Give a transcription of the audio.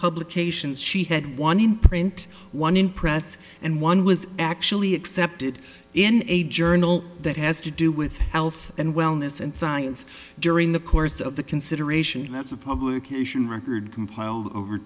publications she had one in print one in press and one was actually accepted in a journal that has to do with health and wellness and science during the course of the consideration that's a publication record compiled over